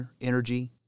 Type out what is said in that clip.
energy